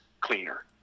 cleaner